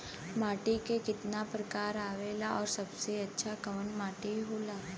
माटी के कितना प्रकार आवेला और सबसे अच्छा कवन माटी होता?